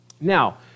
Now